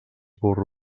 burros